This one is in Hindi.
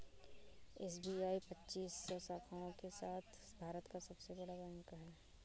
एस.बी.आई पच्चीस सौ शाखाओं के साथ भारत का सबसे बड़ा बैंक है